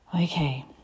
Okay